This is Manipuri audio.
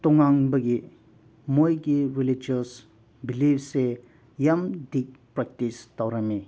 ꯇꯣꯉꯥꯟꯕꯒꯤ ꯃꯣꯏꯒꯤ ꯔꯤꯂꯤꯖꯤꯌꯁ ꯕꯤꯂꯤꯐꯁꯦ ꯌꯥꯝ ꯗꯤꯞ ꯄ꯭ꯔꯥꯛꯇꯤꯁ ꯇꯧꯔꯝꯃꯤ